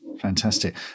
Fantastic